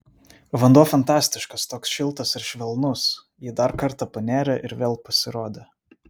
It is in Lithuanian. vanduo fantastiškas toks šiltas ir švelnus ji dar kartą panėrė ir vėl pasirodė